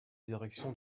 direction